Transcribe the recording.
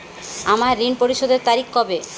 আমার ঋণ পরিশোধের তারিখ কবে?